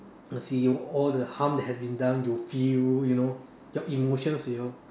will see all the harm that has been done you will feel you know your emotions will